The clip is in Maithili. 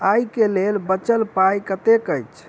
आइ केँ लेल बचल पाय कतेक अछि?